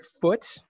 foot